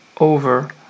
over